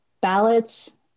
ballots